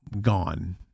gone